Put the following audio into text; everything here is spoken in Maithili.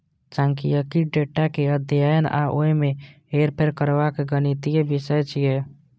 सांख्यिकी डेटा के अध्ययन आ ओय मे हेरफेर करबाक गणितीय विषय छियै